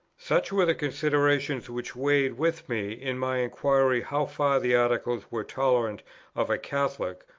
such were the considerations which weighed with me in my inquiry how far the articles were tolerant of a catholic,